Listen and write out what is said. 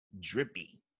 Drippy